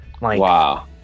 Wow